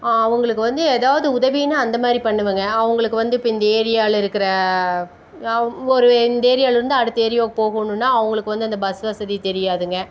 அவங்களுக்கு வந்து எதாவது உதவினா அந்த மாதிரி பண்ணுவேங்க அவங்களுக்கு வந்து இப்போ இந்த ஏரியாவில் இருக்கிற அவு ஒரு இந்த ஏரியாவிலேருந்து அடுத்த ஏரியாக்கு போகணும்ன்னா அவங்களுக்கு வந்து அந்த பஸ் வசதி தெரியாதுங்க